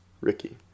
Ricky